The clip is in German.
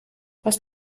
was